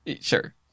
Sure